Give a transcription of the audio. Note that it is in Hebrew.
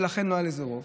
ולכן לא היה לזה רוב,